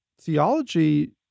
theology